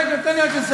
רגע, תן לי רגע לסיים.